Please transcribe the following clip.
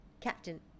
captain